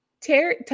Terry